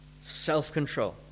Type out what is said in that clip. self-control